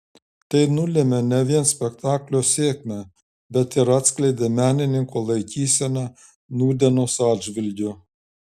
tai nulėmė ne vien spektaklio sėkmę bet ir atskleidė menininkų laikyseną nūdienos atžvilgiu